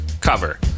cover